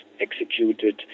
executed